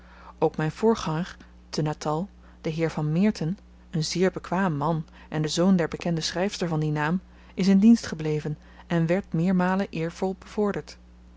ook myn voorganger te natal de heer van meerten een zeer bekwaam man en de zoon der bekende schryfster van dien naam is in dienst gebleven en werd meermalen eervol bevorderd